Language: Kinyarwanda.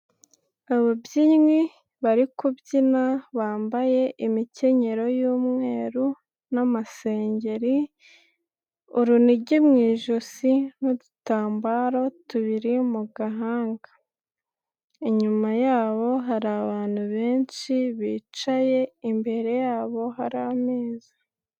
Ababyinnyi bari kubyina bambaye imikenyero y'umweru n'amasengeri, urunigi mu ijosi n'udutambaro tubiri mu gahanga, inyuma yabo hari abantu benshi bicaye, imbere yabo hari ameza.